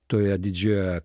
toje didžioje